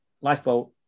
lifeboat